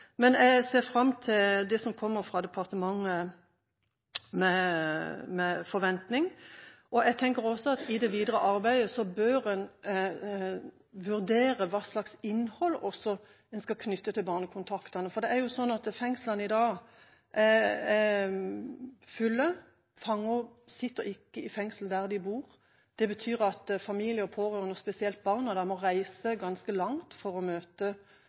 Men jeg ser fram til det som kommer fra departementet, med forventning. Jeg tenker også at i det videre arbeidet bør man vurdere også hva slags innhold man skal knytte til barnekontaktene. Det er sånn at fengslene i dag er fulle. Fanger sitter ikke i fengsel der de bor. Det betyr at familie og pårørende og spesielt barna må reise ganske langt for å møte